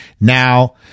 Now